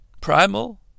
primal